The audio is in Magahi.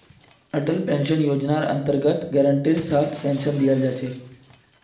अटल पेंशन योजनार अन्तर्गत गारंटीर साथ पेन्शन दीयाल जा छेक